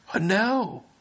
No